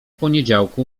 poniedziałku